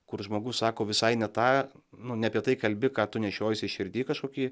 kur žmogus sako visai ne tą nu ne apie tai kalbi ką tu nešiojiesi širdy kažkokį